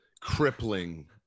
crippling